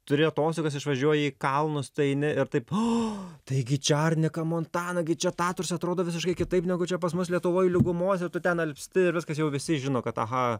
turi atostogas išvažiuoji į kalnus tai eini ir taip o taigi čia arnika montana gi čia tatruose atrodo visiškai kitaip negu čia pas mus lietuvoj lygumose o tu ten alpsti ir viskas jau visi žino kad aha